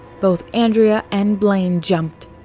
both andrea and blaine jumped.